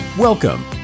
Welcome